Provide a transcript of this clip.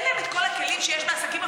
אין להם כל הכלים שיש לעסקים,